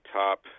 top